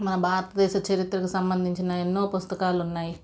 మన భారతదేశ చరిత్రకు సంబంధించిన ఎన్నో పుస్తకాలు ఉన్నాయి